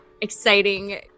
exciting